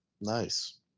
nice